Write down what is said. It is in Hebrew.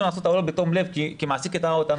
נעשו טעויות בתום לב כי מעסיק הטעה אותנו,